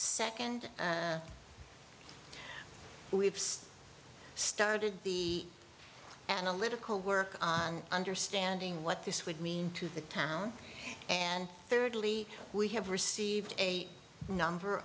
second we've started the analytical work on understanding what this would mean to the town and thirdly we have received a number